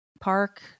park